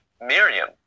Miriam